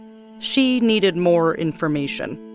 she needed more information,